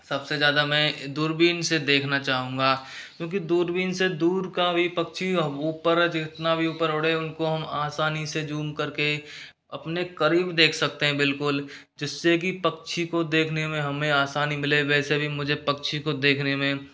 सबसे ज़्यादा मैं दूरबीन से देखना चाहूँगा क्योंकि दूरबीन से दूर का भी पक्षी ऊपर जितना भी ऊपर उड़े उनको हम आसानी से जूम करके अपने करीब देख सकते है बिल्कुल जिससे की पक्षी को देखने में हमें आसानी मिले वैसे भी मुझे पक्षी को देखने में